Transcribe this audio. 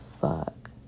fuck